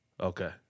Okay